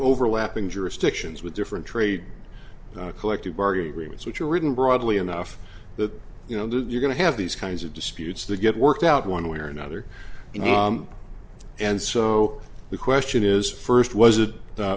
overlapping jurisdictions with different trade collective bargaining agreements which are written broadly enough that you know that you're going to have these kinds of disputes that get worked out one way or another and so the question is first was it